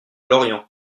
lorient